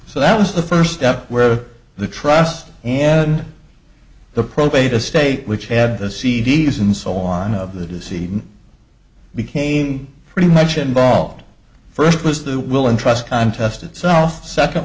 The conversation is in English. so that was the first step where the trust and the probate estate which had the c d s and so on of the deceiving became pretty much involved the first was the will and trust contest itself the second